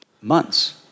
months